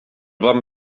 bon